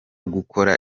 gukora